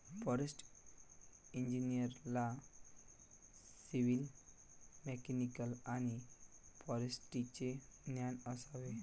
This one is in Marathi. फॉरेस्ट्री इंजिनिअरला सिव्हिल, मेकॅनिकल आणि फॉरेस्ट्रीचे ज्ञान असावे